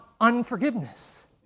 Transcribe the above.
unforgiveness